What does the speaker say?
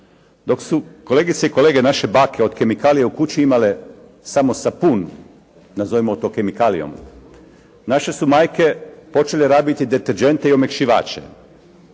Dok su, kolegice i kolege naše bake od kemikalija u kući imale samo sapun, nazovimo to kemikalijom, naše su majke počele rabiti deterdžente i omekšivače